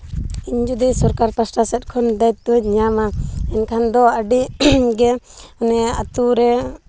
ᱤᱧ ᱡᱩᱫᱤ ᱥᱚᱨᱠᱟᱨ ᱯᱟᱥᱴᱟ ᱥᱮᱡ ᱠᱷᱚᱱ ᱫᱟᱭᱤᱛᱛᱚᱧ ᱧᱟᱢᱟ ᱮᱱᱠᱷᱟᱱ ᱫᱚ ᱟᱹᱰᱤ ᱜᱮ ᱤᱧᱟᱹᱜ ᱟᱛᱳ ᱨᱮ